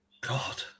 God